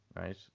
right